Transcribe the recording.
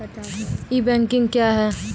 ई banking क्या हैं?